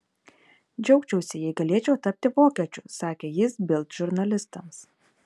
džiaugčiausi jei galėčiau tapti vokiečiu sakė jis bild žurnalistams